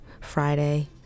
Friday